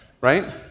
right